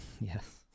Yes